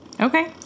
Okay